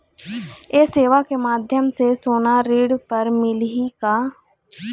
ये सेवा के माध्यम से सोना ऋण हर मिलही का?